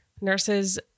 nurse's